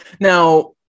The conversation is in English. Now